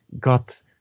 got